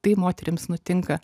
tai moterims nutinka